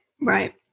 right